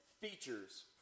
features